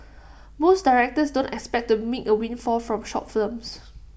most directors don't expect to make A windfall from short films